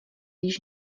již